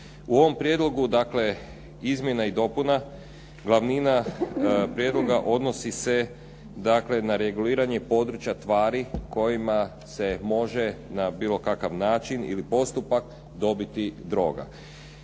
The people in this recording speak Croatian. U ovom prijedlogu izmjena i dopuna glavnina prijedloga odnosi se dakle na reguliranje područja tvari kojima se može na bilo kakav način ili postupak dobiti droga.